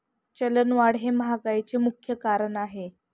चलनवाढ हे महागाईचे मुख्य कारण आहे